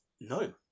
No